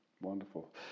wonderful